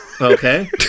Okay